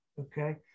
Okay